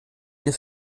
des